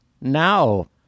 now